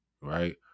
right